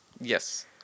Yes